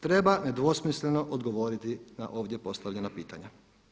Treba nedvosmisleno odgovoriti na ovdje postavljena pitanja.